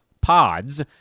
pods